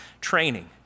training